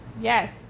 yes